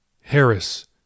Harris